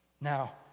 Now